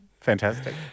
Fantastic